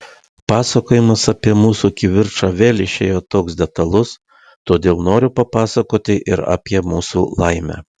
pasakojimas apie mūsų kivirčą vėl išėjo toks detalus todėl noriu papasakoti ir apie mūsų laimę